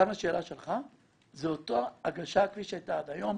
גם לשאלה שלך, זו אותה הגשה כפי שהייתה עד היום.